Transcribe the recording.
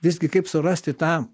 visgi kaip surasti tą